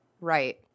Right